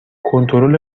کنترل